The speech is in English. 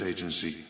Agency